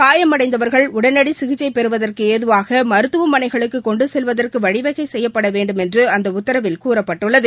காயமடைந்தவர்கள் உடனடி சிகிச்சை பெறுவதற்கு ஏதுவாக மருத்துவமனைகளுக்கு கொண்டு செல்வதற்கு வழிவகை செய்யப்பட வேண்டுமென்று அந்த உத்தரவில் கூறப்பட்டுள்ளது